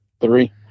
Three